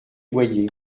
boyer